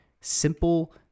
simple